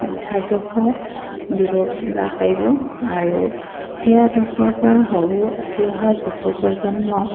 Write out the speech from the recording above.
আদৰ্শ দিবলৈ পাৰিব আৰু সেই আদৰ্শৰপৰা সৰু উঠি অহা যুৱ প্ৰ্ৰজন্মক